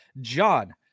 John